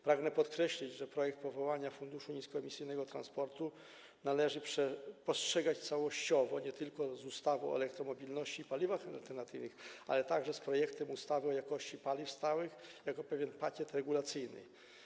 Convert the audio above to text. Pragnę podkreślić, że projekt powołania Funduszu Niskoemisyjnego Transportu należy postrzegać całościowo, nie tylko wraz z ustawą o elektromobilności i paliwach alternatywnych, ale także wraz z projektem ustawy o jakości paliw stałych, jako pewien pakiet regulacyjny.